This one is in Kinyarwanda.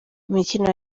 imikino